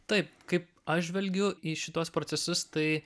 taip kaip aš žvelgiu į šituos procesus tai